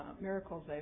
miracles